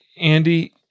Andy